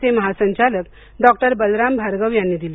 चे महासंचालक डॉक्टर बलराम भार्गव यांनी दिली